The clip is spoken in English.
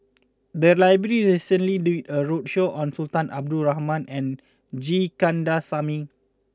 the library recently did a roadshow on Sultan Abdul Rahman and G Kandasamy